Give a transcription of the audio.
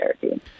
therapy